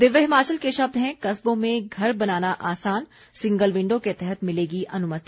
दिव्य हिमाचल के शब्द हैं कस्बों में घर बनाना आसान सिंगल विंडो के तहत मिलेगी अनुमति